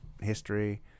history